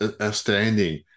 outstanding